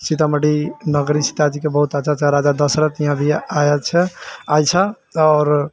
सीतामढ़ी नगरी सीताजीके बहुत अच्छा अच्छा राजा दशरथ यहाँ भी आएल छऽ आओर